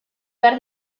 behar